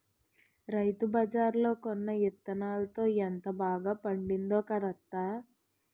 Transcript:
రైతుబజార్లో కొన్న యిత్తనాలతో ఎంత బాగా పండిందో కదా అత్తా?